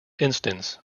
instance